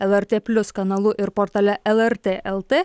lrt plius kanalu ir portale lrt lt